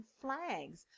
flags